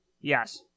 Yes